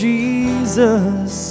Jesus